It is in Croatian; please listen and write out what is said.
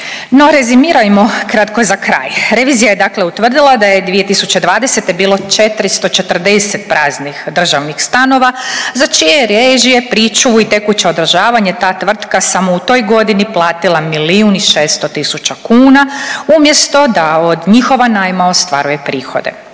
No rezimiramo kratko za kraj. Revizija je utvrdila da je 2020. bilo 440 praznih državnih stanova za čije je režije, pričuvu i tekuće održavanje ta tvrtka samo u toj godini platila milijun i 600 tisuća kuna umjesto da od njihovog najma ostvaruje prihode.